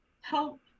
help